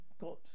got